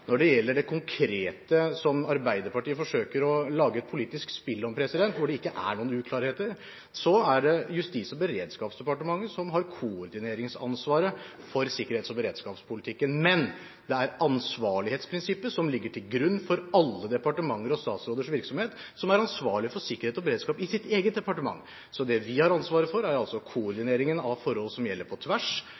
Når det gjelder det konkrete, som Arbeiderpartiet forsøker å lage et politisk spill om, hvor det ikke er noen uklarheter, er det Justis- og beredskapsdepartementet som har koordineringsansvaret for sikkerhets- og beredskapspolitikken. Men det er ansvarlighetsprinsippet, som ligger til grunn for alle departementer og statsråders virksomhet, som er ansvarlig for sikkerhet og beredskap i sitt eget departement. Så det vi har ansvaret for, er altså koordineringen av forhold som gjelder på tvers,